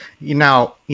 Now